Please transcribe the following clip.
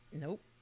nope